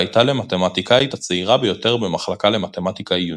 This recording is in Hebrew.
והייתה למתמטיקאית הצעירה ביותר במחלקה למתמטיקה עיונית.